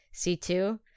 c2